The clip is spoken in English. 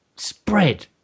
spread